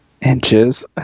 Inches